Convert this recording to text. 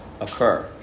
occur